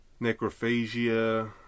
necrophagia